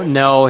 no